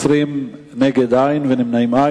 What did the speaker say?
20 בעד, אין מתנגדים ואין נמנעים.